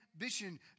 ambition